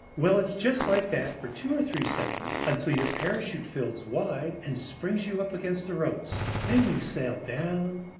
well, it's just like that for two or three seconds, until your parachute fills wide and springs you up against the ropes. then you sail down,